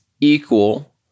equal